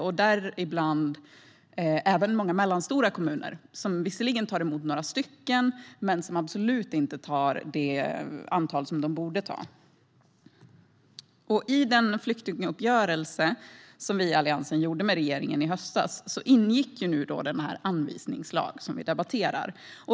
Det gäller även många mellanstora kommuner, som visserligen tar emot några men absolut inte i närheten av det antal som de borde ta emot. I den flyktinguppgörelse som vi i Alliansen gjorde med regeringen i höstas ingick den anvisningslag som vi nu debatterar.